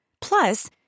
Plus